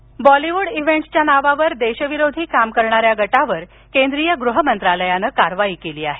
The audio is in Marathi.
कारवाई बॉलीवूड इव्हेंटच्या नावावर देशविरोधी काम करणाऱ्या गटावर केंद्रीय गृहमंत्रालयानं कारवाई केली आहे